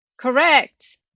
Correct